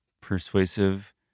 Persuasive